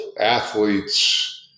athletes